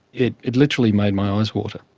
it it literally made my eyes water.